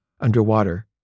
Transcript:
underwater